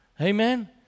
Amen